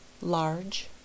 Large